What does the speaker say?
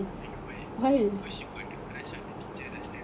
you wanna know why because you got the crush on the teacher last time